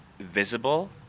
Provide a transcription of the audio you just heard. visible